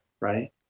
right